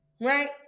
right